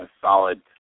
solid